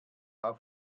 auf